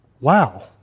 wow